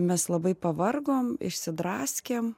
mes labai pavargom išsidraskėm